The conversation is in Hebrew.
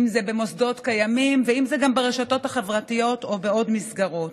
אם זה במוסדות קיימים ואם זה גם ברשתות החברתיות או בעוד מסגרות.